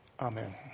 Amen